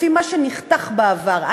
לפי מה שנחתך בעבר.